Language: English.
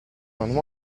one